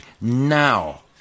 now